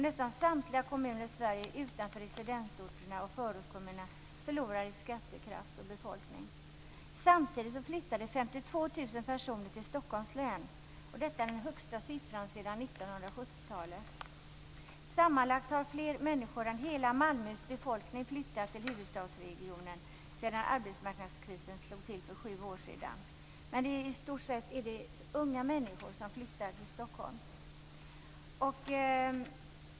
Nästan samtliga kommuner i Sverige utanför residensorterna och förortskommunerna förlorade i skattekraft och befolkning. Samtidigt flyttade 52 000 personer till Stockholms län. Detta är den högsta siffran sedan 1970-talet. Sammanlagt har fler människor än hela Malmöhus befolkning flyttat till huvudstadsregionen sedan arbetsmarknadskrisen slog till för sju år sedan. I stort sett är det unga människor som flyttar till Stockholm.